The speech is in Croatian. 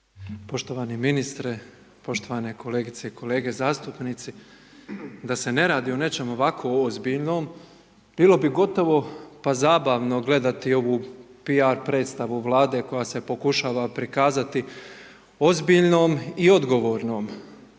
Poštovani ministre, poštovane kolegice i kolege zastupnici. Da se ne radi o nečem ovako ozbiljnom, bilo bi gotovo pa zabavnu gledati ovu P.R. predstavu vlade koja se pokušava prikazati ozbiljnom i odgovornom,